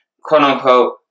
quote-unquote